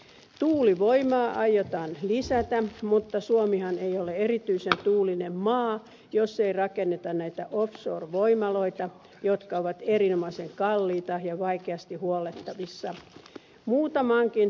tuulivoimaa aiotaan lisätä mutta suomihan ei ole erityisen tuulinen maa jos ei rakenneta näitä offshore voimaloita jotka ovat erinomaisen kalliita ja vaikeasti huollettavissa